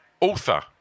author